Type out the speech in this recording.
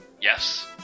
Yes